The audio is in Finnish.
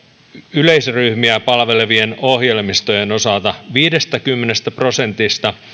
yleisryhmiä palvelevien ohjelmistojen osalta viidestäkymmenestä prosentista